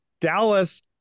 Dallas